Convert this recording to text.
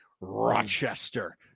Rochester